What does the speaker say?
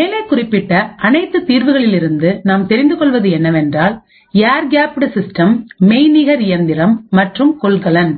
மேலே குறிப்பிட்ட அனைத்து தீர்வுகளில் இருந்து நாம் தெரிந்து கொள்வது என்னவென்றால் ஏர்கேப்டூ சிஸ்டம் மெய்நிகர் இயந்திரம் மற்றும் கொள்கலன்